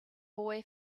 boy